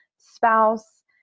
spouse